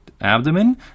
abdomen